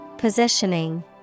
Positioning